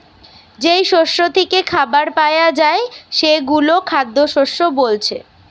যেই শস্য থিকে খাবার পায়া যায় সেগুলো খাদ্যশস্য বোলছে